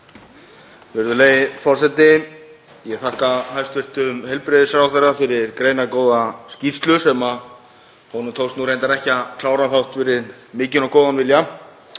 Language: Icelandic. Virðulegi forseti. Ég þakka hæstv. heilbrigðisráðherra fyrir greinargóða skýrslu sem honum tókst nú reyndar ekki að klára þrátt fyrir mikinn og góðan vilja.